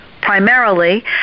primarily